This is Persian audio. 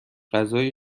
غذایی